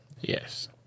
Yes